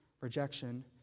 rejection